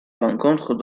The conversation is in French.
rencontre